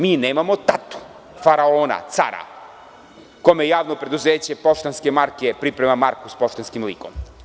Mi nemamo tatu, faraona, cara, kome javno preduzeće „Poštanske marke“ priprema marku s poštanskim likom.